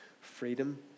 freedom